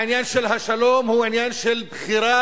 העניין של השלום הוא עניין של בחירה